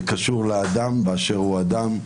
זה קשור לאדם באשר הוא אדם,